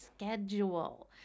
schedule